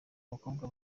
abakobwa